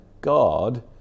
God